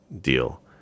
deal